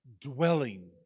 dwelling